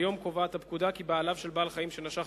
כיום קובעת הפקודה כי בעליו של בעל-חיים שנשך